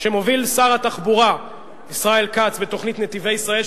שמוביל שר התחבורה ישראל כץ בתוכנית "נתיבי ישראל",